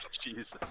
Jesus